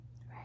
right